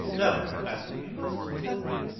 no, basil, you must tell me,